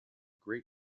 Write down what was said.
great